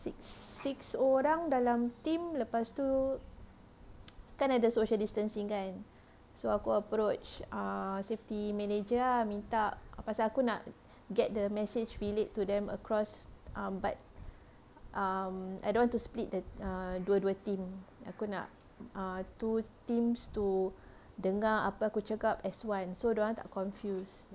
six six orang dalam team lepas tu kan ada social distancing kan so aku approach err safety manager ah minta pasal aku nak get the message relate to them across um but um I don't want to split the err dua dua team aku nak err two teams to dengar apa aku cakap as one so dorang tak confused